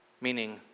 meaning